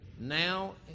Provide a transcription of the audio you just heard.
now